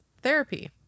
Therapy